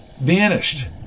vanished